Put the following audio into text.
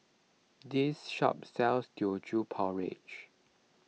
this shop sells Teochew Porridge